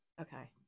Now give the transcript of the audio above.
Okay